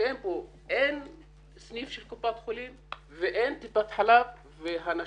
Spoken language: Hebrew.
שאין בו סניף של קופת חולים ואין טיפת חלב והנשים